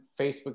Facebook